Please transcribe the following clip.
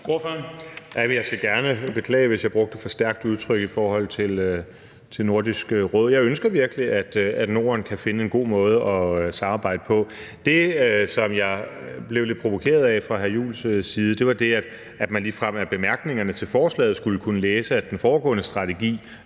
Jeg skal gerne beklage, hvis jeg brugte et for stærkt udtryk om Nordisk Råd. Jeg ønsker virkelig, at Norden kan finde en god måde at samarbejde på. Det, jeg blev lidt provokeret af fra hr. Christian Juhls side, var det, at man ligefrem af bemærkningerne til forslaget skulle kunne læse, at den foregående strategi